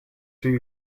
two